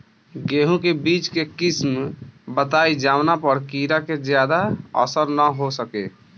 गेहूं के बीज के किस्म बताई जवना पर कीड़ा के ज्यादा असर न हो सके?